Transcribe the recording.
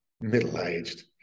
Middle-aged